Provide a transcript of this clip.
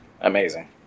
amazing